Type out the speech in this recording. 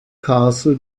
castle